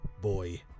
boy